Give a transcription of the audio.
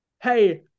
hey